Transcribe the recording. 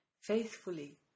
faithfully